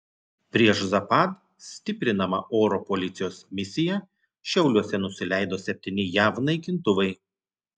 prieš zapad stiprinama oro policijos misija šiauliuose nusileido septyni jav naikintuvai